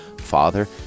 father